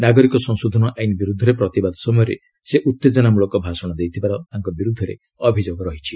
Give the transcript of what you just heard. ନାଗରିକ ସଂଶୋଧନ ଆଇନ୍ ବିରୁଦ୍ଧରେ ପ୍ରତିବାଦ ସମୟରେ ସେ ଉତ୍ତେଜନାମଳକ ଭାଷଣ ଦେଇଥିବାର ତାଙ୍କ ବିରୁଦ୍ଧରେ ଅଭିଯୋଗ କରିଛି